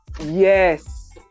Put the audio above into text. yes